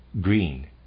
green